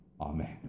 Amen